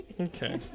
Okay